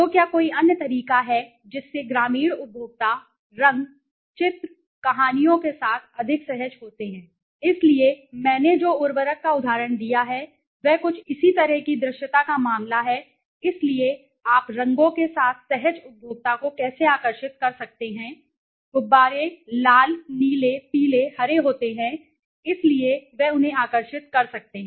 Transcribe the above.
तो क्या कोई अन्य तरीका है जिससे ग्रामीण उपभोक्ता रंग चित्र कहानियों के साथ अधिक सहज होते हैं इसलिए मैंने जो उर्वरक का उदाहरण दिया है वह कुछ इसी तरह की दृश्यता का मामला है इसलिए आप रंगों के साथ सहज उपभोक्ता को कैसे आकर्षित कर सकते हैं गुब्बारे लाल नीले पीले हरे होते हैं इसलिए वे उन्हें आकर्षित कर सकते हैं